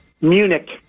Munich